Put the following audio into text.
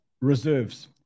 reserves